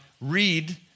read